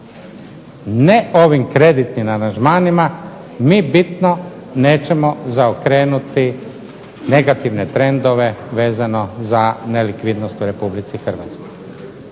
ne ovim kreditnim aranžmanima, mi bitno nećemo zaokrenuti negativne trendove vezano za nelikvidnost u Republici Hrvatskoj.